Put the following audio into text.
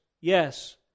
yes